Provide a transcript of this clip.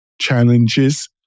challenges